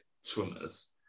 swimmers